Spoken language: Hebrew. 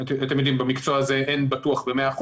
במקצוע הזה אין בטוח ב-100%,